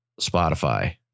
Spotify